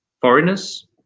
foreigners